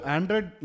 Android